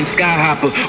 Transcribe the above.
Skyhopper